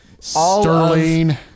Sterling